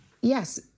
Yes